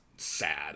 sad